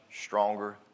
stronger